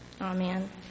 Amen